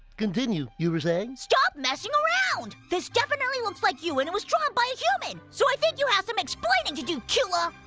continue you were saying? stop messing around! this definitely looks like you, and it was drawn by a human. so i think you have some explaining to do, cula!